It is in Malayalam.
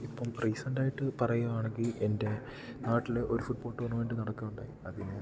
ഇപ്പം റീസൻ്റ് ആയിട്ട് പറയുകയാണെങ്കിൽ എൻ്റെ നാട്ടിൽ ഒരു ഫുഡ്ബോൾ ടൂർണമെൻ്റ് നടക്കുക ഉണ്ടായി അതിന്